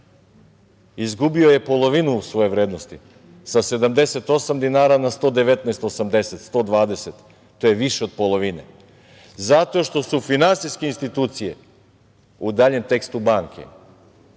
Izgubio je polovinu svoje vrednosti, sa 78 dinara na 119,80 – 120, to je više od polovine. Zato što su finansijske institucije u daljem tekstu banke